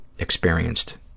experienced